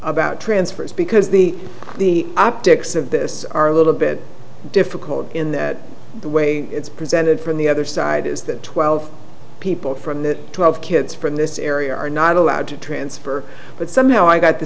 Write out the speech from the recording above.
about transfers because the the optics of this are a little bit difficult in that the way it's presented from the other side is that twelve people from the twelve kids from this area are not allowed to transfer but somehow i got the